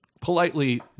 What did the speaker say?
politely